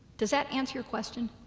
does that answer your question?